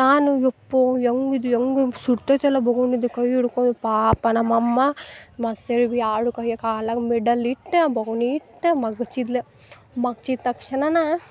ನಾನು ಯಪ್ಪಾ ಹೆಂಗಿದ್ ಹೆಂಗ್ ಸುಟೈತಲ್ಲಾ ಬೋಗಣಿದ ಕೈ ಹಿಡ್ಕೊಳ ಪಾಪ ನಮ್ಮಮ್ಮ ಮಸ್ತು ಸರಿ ಎರಡು ಕೈಯ ಕಾಲಾಗೆ ಮಿಡಲ್ಲಿಟ್ಟು ಬೊಗಣಿ ಇಟ್ಟು ಮಗುಚಿದ್ಲು ಮಗ್ಚಿದ ತಕ್ಷಣ